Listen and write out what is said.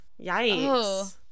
Yikes